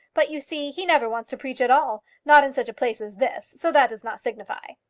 but you see he never wants to preach at all not in such a place as this so that does not signify.